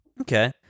Okay